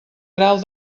grau